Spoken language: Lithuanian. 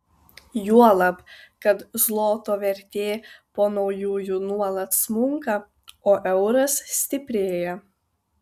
juolab kad zloto vertė po naujųjų nuolat smunka o euras stiprėja